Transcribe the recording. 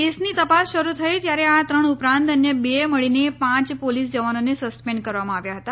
કેસની તપાસ શરૂ થઈ ત્યારે આ ત્રણ ઉપરાંત અન્ય બે મળીને પાંચ પોલીસ જવાનોને સસ્પેન્ડ કરવામાં આવ્યા હતા